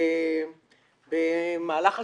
במהלך השנים,